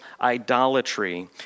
idolatry